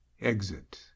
exit